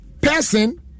person